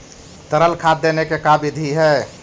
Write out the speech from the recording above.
तरल खाद देने के का बिधि है?